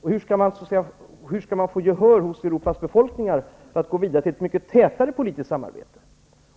Hur skall man få gehör hos Europas befolkningar för att gå vidare till ett mycket tätare politiskt samarbete?